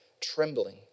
trembling